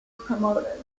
promoter